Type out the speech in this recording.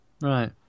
Right